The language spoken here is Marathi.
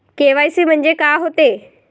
के.वाय.सी म्हंनजे का होते?